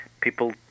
people